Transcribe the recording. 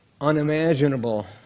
unimaginable